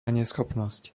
neschopnosť